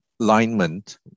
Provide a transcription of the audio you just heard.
alignment